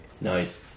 Nice